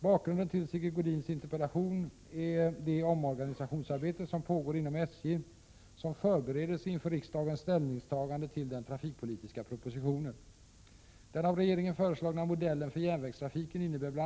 Bakgrunden till Sigge Godins interpellation är det omorganisationsarbete som pågår inom SJ som förberedelse inför riksdagens ställningstagande till den trafikpolitiska propositionen.